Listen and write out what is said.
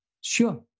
Sure